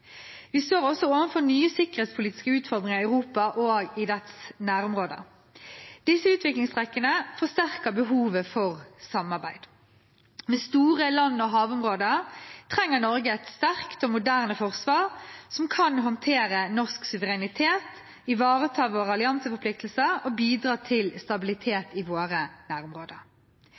Vi står også overfor nye sikkerhetspolitiske utfordringer i Europa og dets nærområder. Disse utviklingstrekkene forsterker behovet for samarbeid. Med store land- og havområder trenger Norge et sterkt og moderne forsvar som kan håndheve norsk suverenitet, ivareta våre allianseforpliktelser og bidra til stabilitet i våre nærområder.